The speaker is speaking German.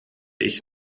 ich